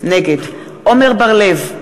נגד עמר בר-לב,